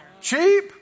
cheap